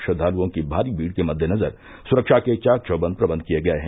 श्रद्वालुओं की भारी भीड़ के मद्देनजर सुरक्षा के चाक चौबंद प्रबंध किये गये हैं